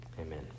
amen